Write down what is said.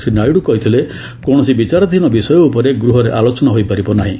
ଶ୍ରୀ ନାଇଡ଼ କହିଥିଲେ କୌଣସି ବିଚାରାଧୀନ ବିଷୟ ଉପରେ ଗୃହରେ ଆଲୋଚନା ହୋଇପାରିବ ନାହିଁ